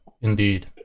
indeed